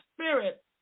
spirit